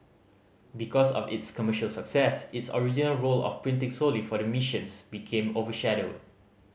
because of its commercial success its original role of printing solely for the missions became overshadowed